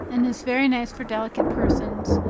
and is very nice for delicate persons,